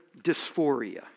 dysphoria